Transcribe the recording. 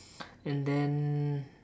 and then